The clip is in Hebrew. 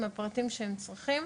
עם הפרטים שהם צריכים.